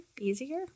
easier